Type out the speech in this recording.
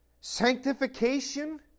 Sanctification